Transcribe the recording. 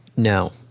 No